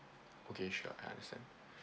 okay sure I understand